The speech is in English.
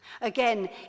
Again